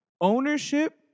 ownership